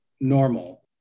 normal